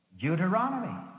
Deuteronomy